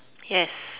yes